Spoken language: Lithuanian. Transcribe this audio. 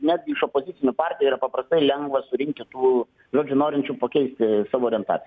netgi iš opozicinių partijų yra paprastai lengva surinkti tų žodžiu norinčių pakeisti savo orientaciją